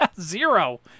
Zero